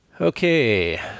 Okay